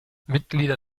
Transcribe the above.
mitglieder